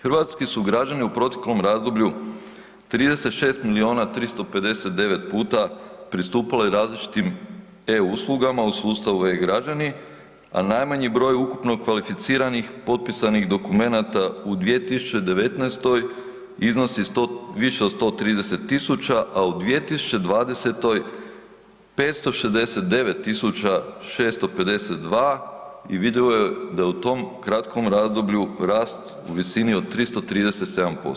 Hrvatski su građani u proteklom razdoblju 36 milijuna 359 puta pristupali različitim e-uslugama u sustavu e-Građani, a najmanji broj ukupno kvalificiranih potpisanih dokumenata u 2019. iznosi više od 130.000, a u 2020. 569.652 i vidljivo je da je u tom kratkom razdoblju rast u visini od 337%